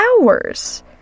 hours